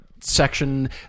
section